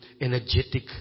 energetic